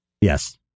Yes